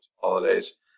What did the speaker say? holidays